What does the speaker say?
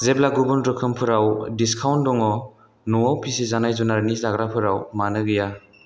जेब्ला गुबुन रोखोमफोराव डिसकाउन्ट दङ न'आव फिसिजानाय जुनारनि जाग्राफोराव मानो गैया